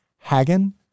Hagen